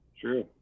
True